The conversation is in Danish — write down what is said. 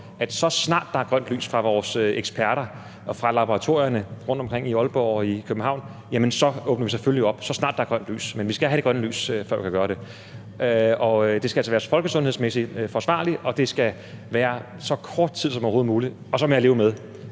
at så snart der er grønt lys fra vores eksperter og fra laboratorierne rundtomkring i Aalborg og i København, så åbner vi selvfølgelig op. Men vi skal have det grønne lys, før vi kan gøre det. Det skal altså være folkesundhedsmæssigt forsvarligt, og det skal være så kort tid som overhovedet muligt, og så må jeg leve med,